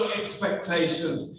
expectations